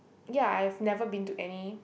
ya I've never been to any